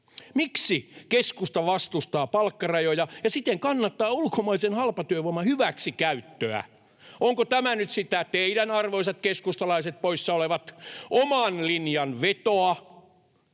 Miksi keskusta vastustaa palkkarajoja ja siten kannattaa ulkomaisen halpatyövoiman hyväksikäyttöä? Onko tämä nyt sitä teidän — arvoisat keskustalaiset, poissa olevat — oman linjanne vetoa?